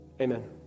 Amen